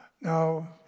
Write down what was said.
Now